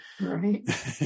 Right